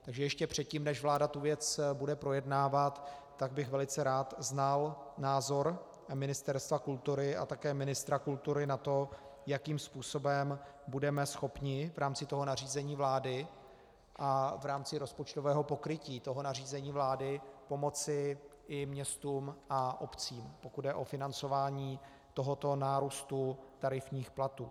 Takže ještě předtím, než vláda tu věc bude projednávat, tak bych velice rád znal názor Ministerstva kultury a také ministra kultury na to, jakým způsobem budeme schopni v rámci toho nařízení vlády a v rámci rozpočtového pokrytí toho nařízení vlády pomoci i městům a obcím, pokud jde o financování tohoto nárůstu tarifních platů.